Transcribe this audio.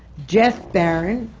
jeff baron.